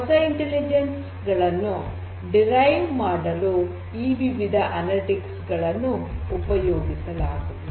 ಹೊಸ ಇಂಟೆಲಿಜೆನ್ಸ್ ಗಳನ್ನು ಡಿರೈವ್ ಮಾಡಲು ಈ ವಿವಿಧ ಅನಲಿಟಿಕ್ಸ್ ಗಳನ್ನು ಉಪಯೋಗಿಸಲಾಗುವುದು